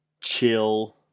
chill